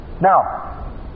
Now